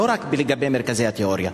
לא רק לגבי מרכזי התיאוריה,